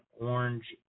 orange